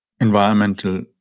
environmental